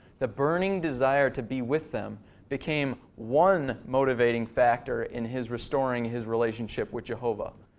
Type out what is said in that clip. the burning desire to be with them became one motivating factor in his restoring his relationship with jehovah.